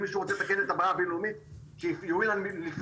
אם מישהו רוצה לתקן את הבעיה בינלאומית שיואיל לפנות